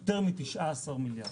יותר מ-19 מיליארד.